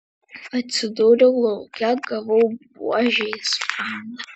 atsidūriau lauke gavau buože į sprandą